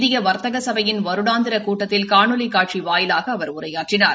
இந்திய வர்த்தக கபையின் வருடாந்திர கூட்டத்தில் காணொலி காட்சி வாயிலாக அவர் உரையாற்றினார்